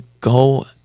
go